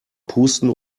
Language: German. pusten